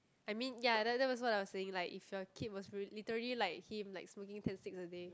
I mean ya that that was what I was saying like if your kid was real literally like him like smoking ten sticks a day